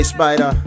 Spider